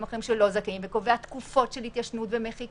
אחרים שלא זכאים וקובע תקופות של התיישנות ומחיקה,